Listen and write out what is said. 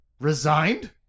resigned